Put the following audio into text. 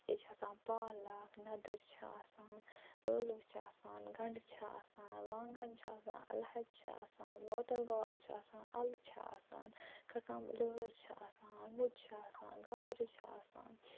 یہِ چھِ آسان پالک ندٕرۍ چھِ آسان ٲلوٕ چھِ آسان گنٛڈٕ چھِ آسان وانٛگن چھِ آسان الہٕ ہچہِ چھِ آسان باٹل گاڈ چھِ آسان اَلہٕ چھِ آسان کھٕ کَم لٲر چھِ آسان مُج چھُ آسان گازرِ چھِ آسان